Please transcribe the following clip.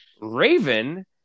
Raven